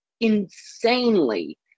insanely